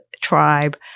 tribe